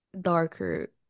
darker